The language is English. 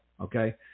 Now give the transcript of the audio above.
Okay